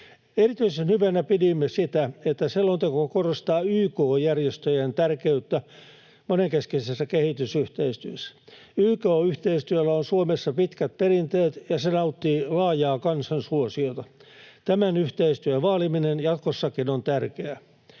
Erityisen hyvänä pidimme sitä, että selonteko korostaa YK-järjestöjen tärkeyttä monenkeskisessä kehitysyhteistyössä. YK-yhteistyöllä on Suomessa pitkät perinteet, ja se nauttii laajaa kansansuosiota. Tämän yhteistyön vaaliminen jatkossakin on tärkeää.